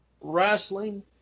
wrestling